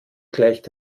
gleicht